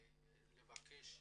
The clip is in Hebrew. לבקש.